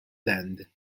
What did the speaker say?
land